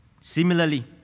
Similarly